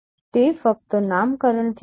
તે ફક્ત નામકરણથી જ છે